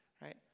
right